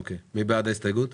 אוקיי, מי בעד ההסתייגות?